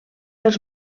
els